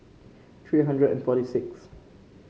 three hundred and forty sixth